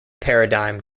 paradigm